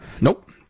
Nope